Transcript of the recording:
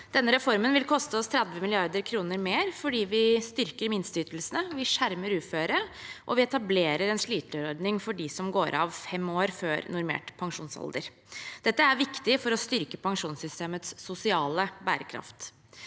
Denne reformen vil koste oss 30 mrd. kr mer fordi vi styrker minsteytelsene, vi skjermer uføre, og vi etablerer en sliterordning for dem som går av fem år før normert pensjonsalder. Dette er viktig for å styrke pensjonssystemets sosiale bærekraft.